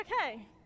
Okay